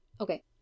Okay